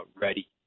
ready